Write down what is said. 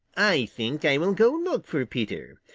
i think i will go look for peter.